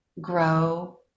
grow